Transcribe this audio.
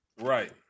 Right